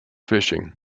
fishing